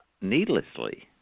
needlessly